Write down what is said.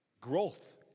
growth